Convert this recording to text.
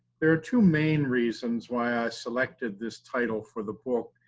there are two main reasons why i selected this title for the book.